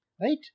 right